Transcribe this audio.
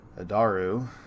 Adaru